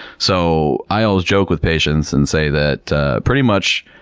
so, i always joke with patients and say that pretty much,